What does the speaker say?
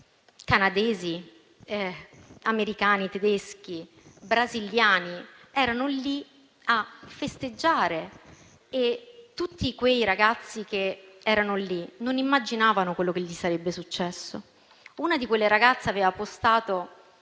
canadesi, americani, tedeschi, brasiliani. Erano lì a festeggiare e tutti quei ragazzi non immaginavano quello che gli sarebbe successo. Una di quelle ragazze aveva postato